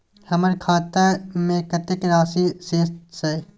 हमर खाता में कतेक राशि शेस छै?